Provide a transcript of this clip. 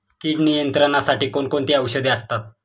कीड नियंत्रणासाठी कोण कोणती औषधे असतात?